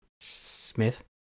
Smith